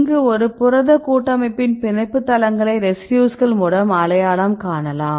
அங்கு ஒரு புரத கூட்டமைப்பின் பிணைப்பு தளங்களை ரெசிடியூஸ்கள்மூலம் அடையாளம் காணலாம்